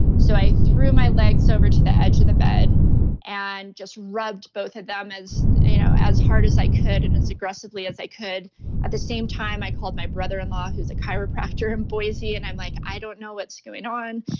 so i threw my legs over to the edge of the bed and just rubbed both of them as you know as hard as i could and as aggressively as i could at the same time, i called my brother-in-law who's a chiropractor in boise and i'm like, i don't know what's going on.